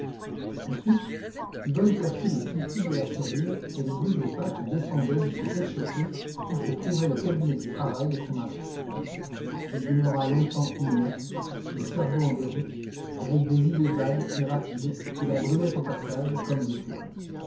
ensuite yvonne perçut le cliquetis de la serrure et le bruit des pas qui descendaient jusqu'au rez-de-chaussée où se trouvait le cabinet de travail de son mari elle demeura longtemps inerte le cerveau en déroute avec des idées vagues et rapides qui la brûlaient au passage comme des flammes